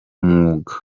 mwuga